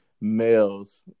males